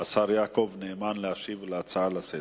השר יעקב נאמן, להשיב על ההצעה לסדר-היום.